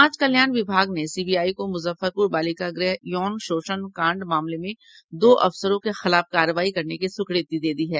समाज कल्याण विभाग ने सीबीआई को मुजफ्फरपुर बालिका गृह यौन शोषण कांड मामले में दो अफसरों के खिलाफ कार्रवाई करने की स्वीकृति दे दी है